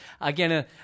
Again